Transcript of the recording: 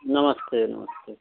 नमस्ते नमस्ते